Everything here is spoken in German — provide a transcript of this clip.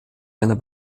einer